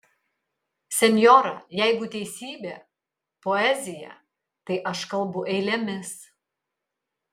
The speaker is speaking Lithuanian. senjora jeigu teisybė poezija tai aš kalbu eilėmis